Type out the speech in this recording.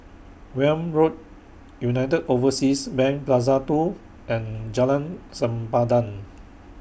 Welm Road United Overseas Bank Plaza two and Jalan Sempadan